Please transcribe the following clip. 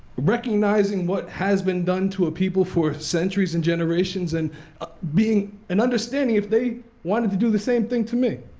recognizing what has been done to our ah people for centuries and generations, and being an understanding, if they wanted to do the same thing to me.